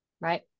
Right